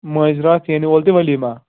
مٲنٛزِ راتھ یِنہِ ول تہِ ؤلیٖما